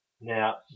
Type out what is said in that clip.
Now